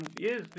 yes